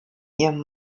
ihrem